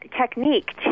technique